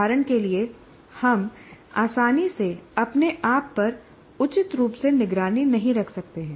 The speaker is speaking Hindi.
उदाहरण के लिए हम आसानी से अपने आप पर उचित रूप से निगरानी नहीं रख सकते हैं